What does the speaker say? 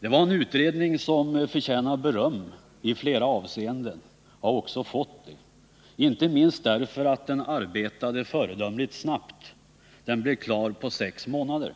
Det var en utredning som förtjänar beröm i flera avseenden. Den har också fått det, inte minst därför att den arbetade föredömligt snabbt. Den blev klar på sex månader.